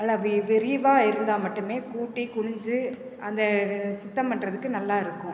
நல்லா வி விரிவாக இருந்தால் மட்டுமே கூட்டி குனிஞ்சு அந்த சுத்தம் பண்ணுறதுக்கு நல்லாருக்கும்